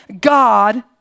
God